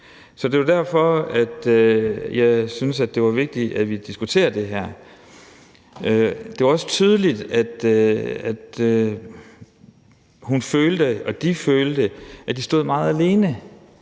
EU? Det var derfor, at jeg syntes, det var vigtigt, at vi diskuterer det her. Det var også tydeligt, at hun følte – og de følte – at de stod meget alene,